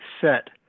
set